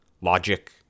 logic